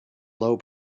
low